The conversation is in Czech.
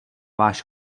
váš